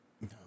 No